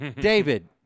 David